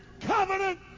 covenant